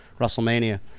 WrestleMania